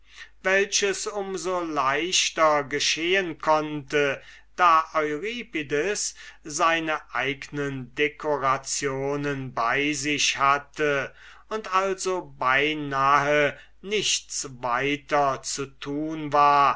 welches um so leichter geschehen konnte da euripides seine eignen decorationen bei sich hatte und also beinahe nichts weiter zu tun war